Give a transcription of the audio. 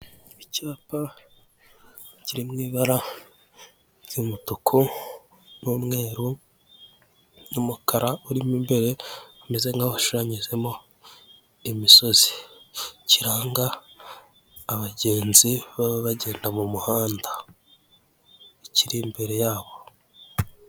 Icyapa kiri mu ibara ry'umutuku n'umweru n'umukara urimo imbere bimeze nk'aho hashushanyijemo imisozi, kiranga abagenzi baba bagenda mumuhanda kiri imbere ya bo.